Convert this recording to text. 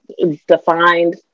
defined